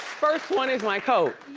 first one is my coat.